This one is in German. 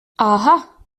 aha